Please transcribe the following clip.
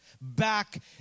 back